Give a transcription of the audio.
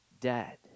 dead